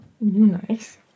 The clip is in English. Nice